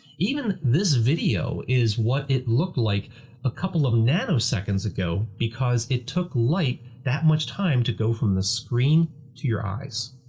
even this video is what it looked like a couple of nanoseconds ago because it took light that much time to go from the screen to your eyes.